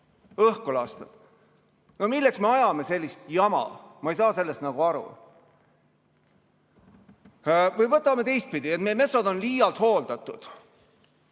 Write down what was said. õhku lastud. Milleks me ajame sellist jama? Ma ei saa sellest aru. Või võtame teistpidi: me metsad on nagu liialt hooldatud.